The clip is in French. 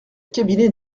cabinet